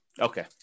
Okay